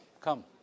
come